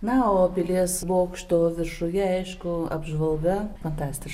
na o pilies bokšto viršuje aišku apžvalga fantastiška